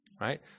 Right